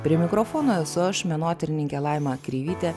prie mikrofono esu aš menotyrininkė laima kreivytė